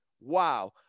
Wow